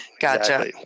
gotcha